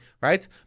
right